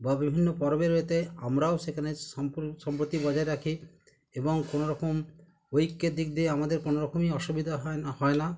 বা বিভিন্ন পরবের এতে আমরাও সেখানে সম্প্রতি বজায় রাখি এবং কোনো রকম ঐক্যের দিক দিয়ে আমাদের কোনো রকমই অসুবিধা হয় না হয় না